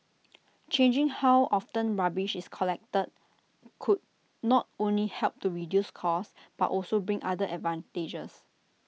changing how often rubbish is collected could not only help to reduce costs but also bring other advantages